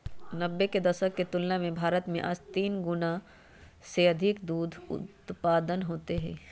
नब्बे के दशक के तुलना में भारत में आज तीन गुणा से अधिक दूध उत्पादन होते हई